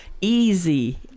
easy